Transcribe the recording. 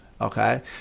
Okay